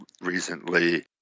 recently